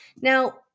Now